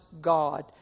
God